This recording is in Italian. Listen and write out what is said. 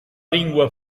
lingua